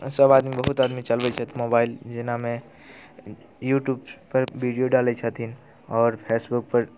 सभ आदमी बहुत आदमी चलबैत छथि मोबाइल जेनामे यूट्यूबपर वीडियो डालैत छथिन आओर फेसबुकपर